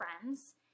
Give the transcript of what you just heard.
friends